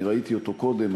אני ראיתי אותו קודם.